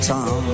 Tom